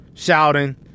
shouting